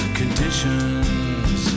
conditions